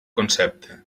concepte